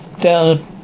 down